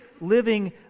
living